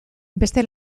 beste